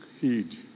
heed